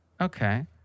Okay